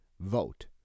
vote